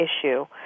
issue